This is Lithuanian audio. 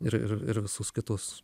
ir ir ir visus kitus